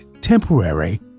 temporary